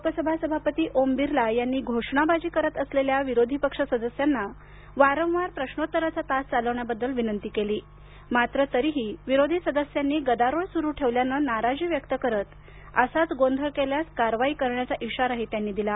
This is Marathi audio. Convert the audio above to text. लोकसभा सभापती ओम बिर्ला यांनी घोषणाबाजी करत असलेल्या विरोधी पक्ष सदस्यांना वारंवार आपल्या प्रश्नोत्तराचा तास चालवण्याबद्दल विनंती केली मात्र तरीही विरोधी सदस्यांनी गदारोळ सुरू ठेवल्यानं त्यांनी नाराजी व्यक्त करत असाच गोंधळ केल्यास कारवाई करण्याचा इशारा दिला